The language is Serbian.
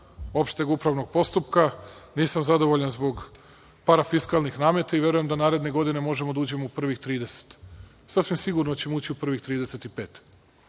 opšteg upravnog postupka, nisam zadovoljan zbog parafisklanih nameta i verujem da naredne godine možemo da uđemo u prvih 30. Sasvim sigurno ćemo ući u prvih 35.